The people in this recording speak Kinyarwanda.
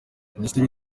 minisitiri